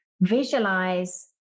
visualize